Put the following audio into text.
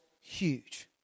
huge